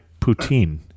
Poutine